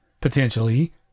potentially